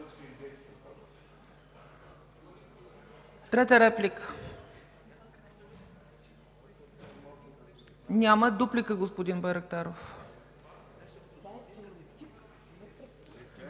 Трета реплика? Няма. Дуплика – господин Байрактаров.